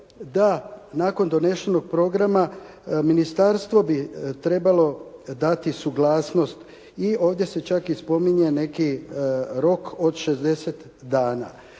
da nakon donesenog programa ministarstvo bi trebalo dati suglasnost i ovdje se čak i spominje neki rok od 60 dana.